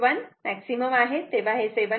1 maximum आहे तेव्हा 7